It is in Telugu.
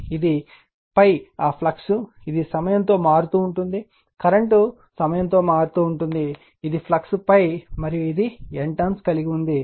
ఇది ∅ ఆ ఫ్లక్స్ ఇది సమయం తో మారుతూ ఉంటుంది కరెంట్ సమయం తో మారుతూ ఉంటుంది మరియు ఇది ఫ్లక్స్ ∅ మరియు ఇది N టర్న్స్ కలిగి ఉంది